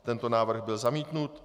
Tento návrh byl zamítnut.